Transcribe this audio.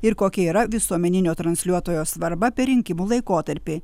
ir kokia yra visuomeninio transliuotojo svarba per rinkimų laikotarpį